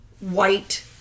white